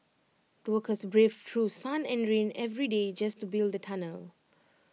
the workers braved through sun and rain every day just to build the tunnel